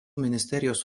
ministerijos